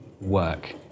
work